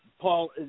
Paul